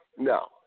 No